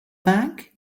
bank